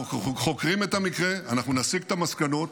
אנחנו חוקרים את המקרה, ואנחנו נסיק את המסקנות,